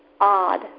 odd